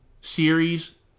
series